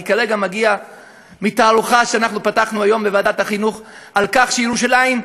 אני כרגע מגיע מתערוכה שאנחנו פתחנו היום בוועדת החינוך על כך שירושלים,